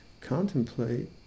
contemplate